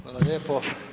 Hvala lijepo.